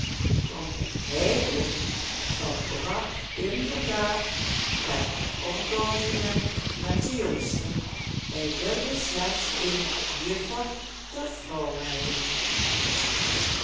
want het heiblok verbrak inderdaad het engagement met de jongste hij wilde slechts een juffer tot vrouw hebben